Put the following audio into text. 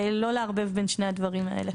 ולא לערבב בין שני הדברים האלה.